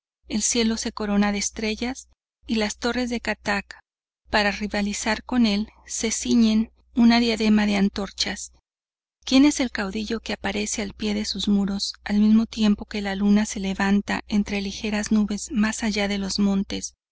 el cielo se corona de estrellas y las torres de kattak para rivalizar con él se ciñen una diadema de antorchas quien es ese caudillo que aparece al pie de sus muros al mismo tiempo que la luna se levanta entre ligeras nubes más allá de los montes